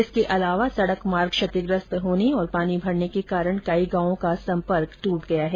इसके अलावा सड़क मार्ग क्षतिग्रस्त होने और पानी भरने के कारण कई गांवों का संपर्क ट्रट गया है